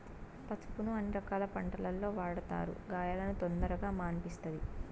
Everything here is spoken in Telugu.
పసుపును అన్ని రకాల వంటలల్లో వాడతారు, గాయాలను కూడా తొందరగా మాన్పిస్తది